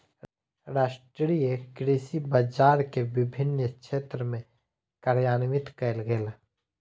राष्ट्रीय कृषि बजार के विभिन्न क्षेत्र में कार्यान्वित कयल गेल